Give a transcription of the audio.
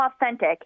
authentic